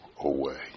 away